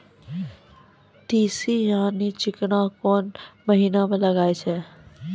तीसी यानि चिकना कोन महिना म लगाय छै?